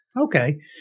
Okay